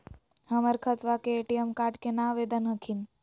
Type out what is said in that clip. हमर खतवा के ए.टी.एम कार्ड केना आवेदन हखिन?